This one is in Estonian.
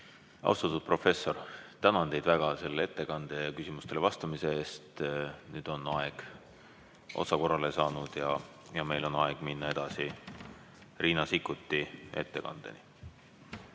Austatud professor, tänan teid väga selle ettekande ja küsimustele vastamise eest. Nüüd on aeg otsakorrale jõudnud ja meil on aeg minna edasi Riina Sikkuti ettekandega.